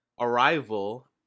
Arrival